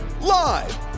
Live